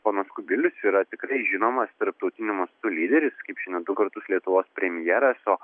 ponas kubilius yra tikrai žinomas tarptautiniu mastu lyderis kaip žinia du kartus lietuvos premjeras o